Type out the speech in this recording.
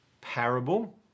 Parable